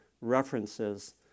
references